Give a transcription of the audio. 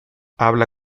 habla